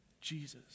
Jesus